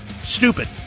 Stupid